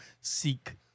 seek